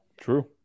True